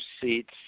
seats